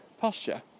posture